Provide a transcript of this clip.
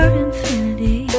infinity